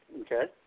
Okay